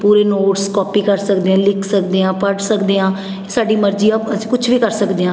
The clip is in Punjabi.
ਪੂਰੇ ਨੋਟਸ ਕੋਪੀ ਕਰ ਸਕਦੇ ਹਾਂ ਲਿਖ ਸਕਦੇ ਹਾਂ ਪੜ੍ਹ ਸਕਦੇ ਹਾਂ ਸਾਡੀ ਮਰਜ਼ੀ ਹੈ ਅਸੀਂ ਕੁਛ ਵੀ ਕਰ ਸਕਦੇ ਹਾਂ